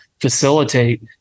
facilitate